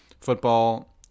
football